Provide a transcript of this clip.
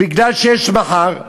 בגלל שיש מח"ר.